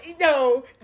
no